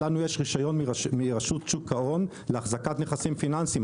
לנו יש רישיון מרשות שוק ההון להחזקת נכסים פיננסיים,